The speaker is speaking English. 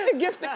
and gift yeah